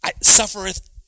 suffereth